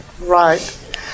Right